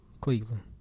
Cleveland